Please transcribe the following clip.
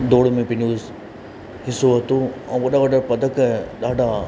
दौड़ में पंहिंजो हिसो वरितो ऐं वॾा वॾा पदक ॾाढा